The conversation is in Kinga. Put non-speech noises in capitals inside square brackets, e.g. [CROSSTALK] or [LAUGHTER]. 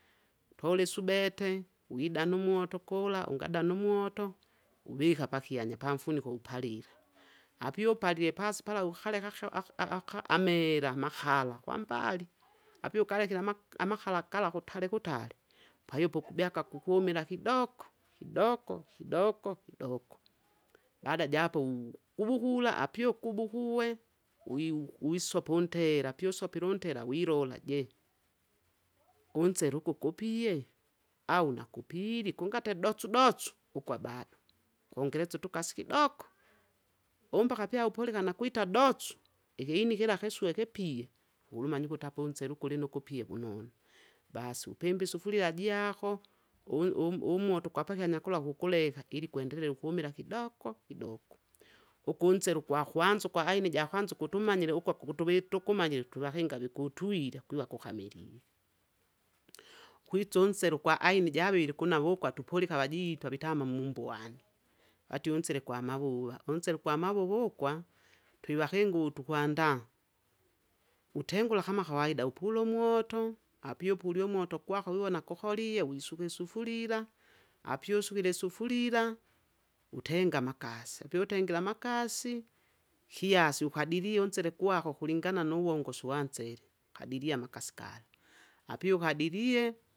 [NOISE] toli subete, [NOISE] widanu moto gula, [NOISE] ungadanu moto, [NOISE] viha pahyanya pa mfuniho wupalila, [NOISE] apyu palile pasipala uhaleha hya- a- aka- amera mahala hwa mbali, apyu galehile ma- amahala gala hutale- hutale, pahipo gubyaga guhumila hidogo- hidogo- hidogo, [NOISE] bada ja apo [NOISE] wugubuhula apyo gubuhuwe, wisopu ntera. Pyusopilu ntera wilola je, [NOISE] unzelu gu gupiye, [NOISE] au nagupiri, gungate dotsu- dotsu [NOISE] ugwa bado, wongeletsu tukasu hidogo, ombaka pya wupulika na gwita dotsu, ihinu hila hiswe hipiye, uhumanyi kutapunse linu gupye wunonu, basu pimbi sufulia jaho, um- u- umoto gwa pahyanya pala huguleha ili gwendelele humila hidogo- hidogo, ugu nzele gwa hwanza gwa aini ja hwanza gutumanyile ugo tuguwi- tugumanyile twevahenga vegutwili gwiva gukamilihe, hwinzo nzelu gwa aini javili gunawugwa twipulika vajita vitama mu mbwani, vatye nsel gwa mawuwa, unzele gwa mawuwugwa, twevahengu tuhwandaa. [NOISE] Wutengula kama hawaida wupulo moto, apyupulyo moto gwaho wiwona guholiye wisuhi sufulila, apyu sugile sufulila, wutenga magasi, apyu wutengile amagasi, hiasi hukadiliyu nzele gwaho hulingana nu wongosu wa nzele, hadiria magasigani, apyu hadiliye.